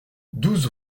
douze